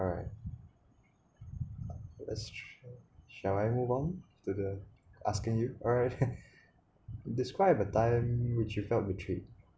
alright shall I move on to the asking you alright describe a time which you felt betrayed